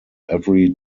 every